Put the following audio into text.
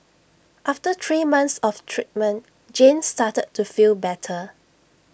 after three months of treatment Jane started to feel better